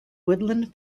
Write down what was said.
woodland